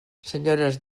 senyores